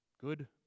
Good